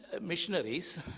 missionaries